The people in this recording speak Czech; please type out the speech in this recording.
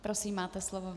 Prosím, máte slovo.